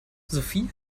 sophie